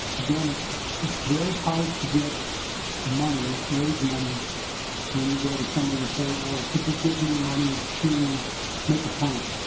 again it's it's very hard to get money raise money you go to someone and say well could you give me money to make a plan.